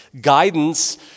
guidance